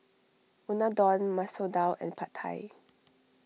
Unadon Masoor Dal and Pad Thai